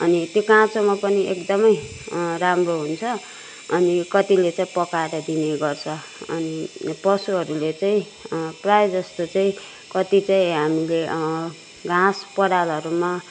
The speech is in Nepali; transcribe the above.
अनि त्यो काँचोमा पनि एकदमै राम्रो हुन्छ अनि कतिले चाहिँ पकाएर दिने गर्छ अनि पशुहरूले चाहिँ प्राय जस्तो चाहिँ कति चाहिँ हामीले घाँस परालहरूमा